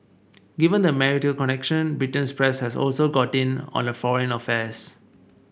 given the marital connection Britain's press has also got in on her foreign affairs